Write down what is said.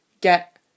get